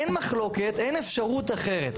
אין אפשרות אחרת.